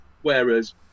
Whereas